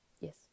yes